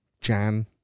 Jan